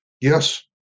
Yes